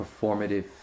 performative